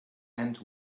and